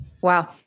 Wow